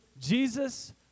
Jesus